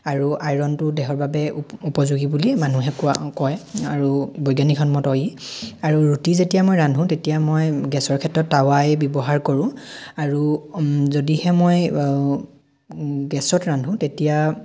আৰু আইৰনটো দেহৰ বাবে উপ উপযোগী বুলি মানুহে কোৱা কয় আৰু বৈজ্ঞানিক সন্মত ই আৰু ৰুটি যেতিয়া মই ৰান্ধো তেতিয়া মই গেছৰ ক্ষেত্ৰত তাৱাই ব্যৱহাৰ কৰোঁ আৰু যদিহে মই গেছত ৰান্ধো তেতিয়া